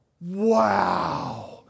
wow